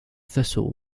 thistle